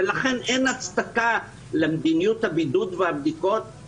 ולכן אין הצדקה למדיניות הבידוד והבדיקות,